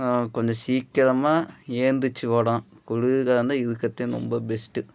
கொஞ்சம் சீக்கிரமாக எழுந்திரிச்சி ஓடும் குளிர் காலம் தான் இருக்கிறத்துலேயே ரொம்ப பெஸ்ட்டு